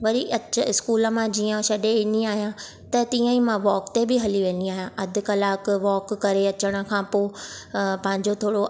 वरी अचु स्कूल मां जीअं छॾे ईंदी आहियां त तीअं ई मां वॉक ते बि हली वेंदी आहियां अधु कलाकु वॉक करे अचण खां पोइ पंहिंजो थोरो